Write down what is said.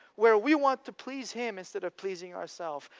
where we want to please him instead of pleasing ourself.